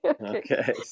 Okay